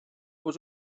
was